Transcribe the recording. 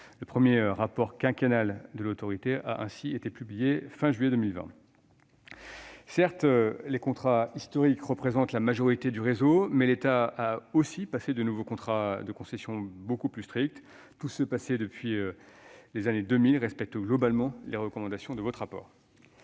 Le premier rapport quinquennal de l'autorité a ainsi été publié à la fin de juillet 2020. Certes, les contrats historiques représentent la majorité du réseau, mais l'État a aussi passé de nouveaux contrats de concessions bien plus stricts. Tous ceux qui ont été passés depuis les années 2000 respectent globalement les recommandations de votre rapport.